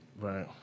Right